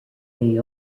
may